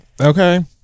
Okay